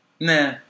Nah